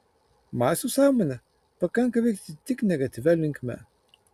masių sąmonę pakanka veikti tik negatyvia linkme